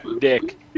dick